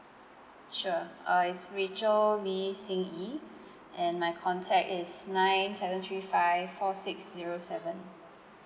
sure uh it's rachel may see yee um and my contact is nine seven three five four six zero seven